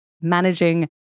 managing